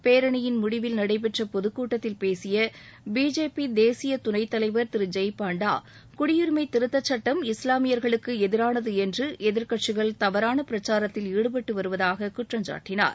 பேரணியின் முடிவில் நடைபெற்ற பொதுக்கூட்டத்தில் பேசிய பிஜேபி தேசிய துணைத்தலைவர் திரு ஜெய் பாண்டா குடியுரிமை திருத்த சட்டம் இஸ்லாமியா்களுக்கு எதிரானது என்று எதிர்க்கட்சிகள் தவறான பிரச்சாரத்தில் ஈடுபட்டு வருவதாக குற்றம் சாட்டினார்